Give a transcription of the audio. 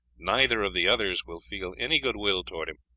neither of the others will feel any good-will towards him,